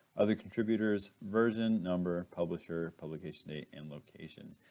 other contributors, version, number, publisher, publication date, and location.